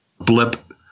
blip